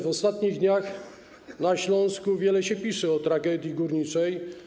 W ostatnich dniach na Śląsku wiele się pisze o tragedii górniczej.